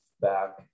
back